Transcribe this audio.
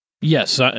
Yes